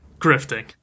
grifting